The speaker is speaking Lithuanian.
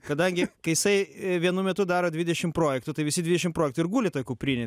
kadangi kai jisai vienu metu daro dvidešim projektų tai visi dvidešim projektų ir guli toj kuprinėj